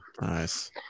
Nice